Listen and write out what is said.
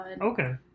Okay